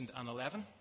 2011